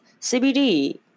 CBD